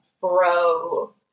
bro